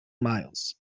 miles